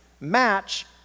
match